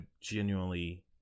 genuinely